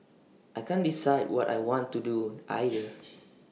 I can't decide what I want to do either